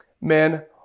men